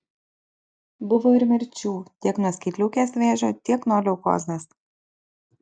buvo ir mirčių tiek nuo skydliaukės vėžio tiek nuo leukozės